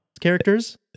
characters